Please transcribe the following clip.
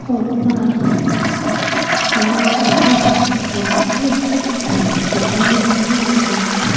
সৰুৰ পৰা ডাঙৰ হ'বৰ পৰা সিহঁতক সৰুতে বহুত যত্ন ল'ব লাগে সিহঁতৰ